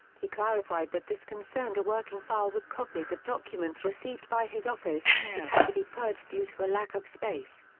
he clarified that this concerned a working file with copies of documents received by his office, which had to be purged due to a lack of space.